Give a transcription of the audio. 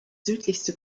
südlichste